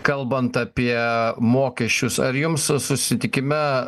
kalbant apie mokesčius ar jums susitikime